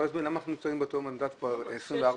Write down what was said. למה אנחנו עם אותו מספר מנדטים כבר 24 שנים.